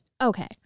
Okay